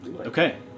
Okay